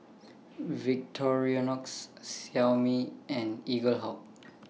Victorinox Xiaomi and Eaglehawk